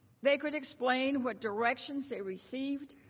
they could explain what directions they received,